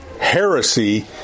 heresy